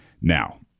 Now